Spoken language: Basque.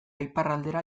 iparraldera